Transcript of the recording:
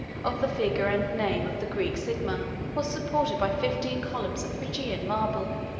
of the figure and name of the greek sigma, was supported by fifteen columns of phrygian marble,